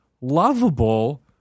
lovable